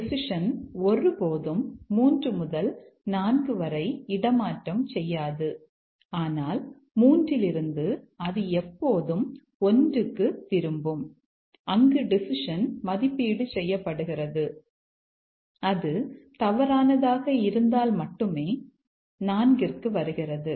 decision ஒருபோதும் 3 முதல் 4 வரை இடமாற்றம் செய்யாது ஆனால் 3 இலிருந்து அது எப்போதும் 1 க்குத் திரும்பும் அங்கு டெசிஷன் மதிப்பீடு செய்யப்படுகிறது அது தவறானதாக இருந்தால் மட்டுமே அது 4 க்கு வருகிறது